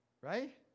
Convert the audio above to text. Right